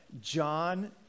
John